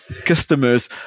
customers